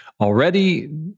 already